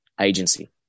agency